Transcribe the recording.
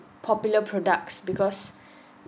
popular products because